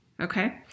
Okay